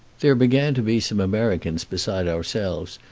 there began to be some americans besides ourselves,